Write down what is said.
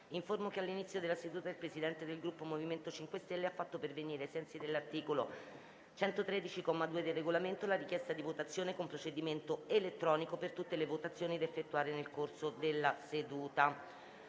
che all'inizio della seduta il Presidente del Gruppo MoVimento 5 Stelle ha fatto pervenire, ai sensi dell'articolo 113, comma 2, del Regolamento, la richiesta di votazione con procedimento elettronico per tutte le votazioni da effettuare nel corso della seduta.